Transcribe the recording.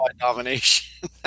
domination